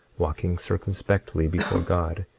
walking circumspectly before god,